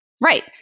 Right